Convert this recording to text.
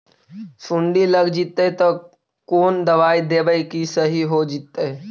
सुंडी लग जितै त कोन दबाइ देबै कि सही हो जितै?